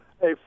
Hey